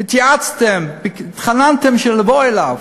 התייעצתם, התחננתם בשביל לבוא אליו.